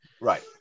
right